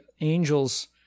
angels